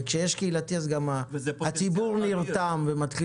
וכשיש קהילתי אז גם הציבור נרתם ומתחיל